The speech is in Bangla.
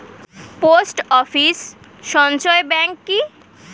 পোস্ট অফিস সঞ্চয় ব্যাংক কি?